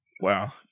Wow